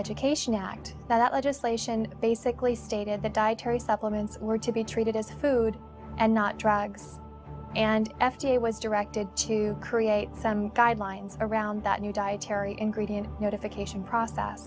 education act that legislation basically stated that dietary supplements were to be treated as a food and not tracks and f d a was directed to create some guidelines around that new dietary ingredient notification process